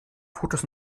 fotos